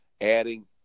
adding